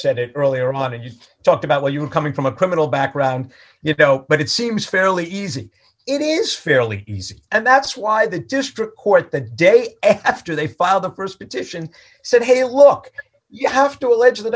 said it earlier on and you talked about where you are coming from a criminal background you know but it seems fairly easy it is fairly easy and that's why the district court the day after they filed the st petition said hey look you have to allege the